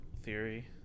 theory